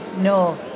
no